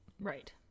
Right